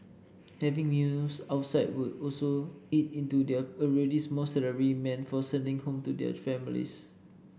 having meals outside would also eat into their already small salary meant for sending home to their families